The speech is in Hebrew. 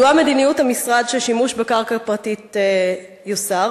ידועה מדיניות המשרד ששימוש בקרקע פרטית יוסר.